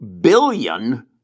billion